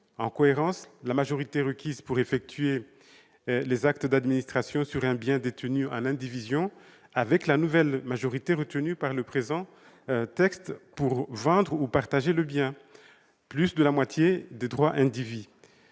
en cohérence la majorité requise pour effectuer les actes d'administration sur un bien détenu en indivision avec la nouvelle majorité retenue par le présent texte pour vendre ou partager le bien, soit plus de la moitié des droits indivis.